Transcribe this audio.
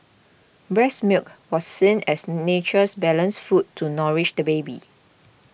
breast milk was seen as nature's balanced food to nourish the baby